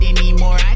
anymore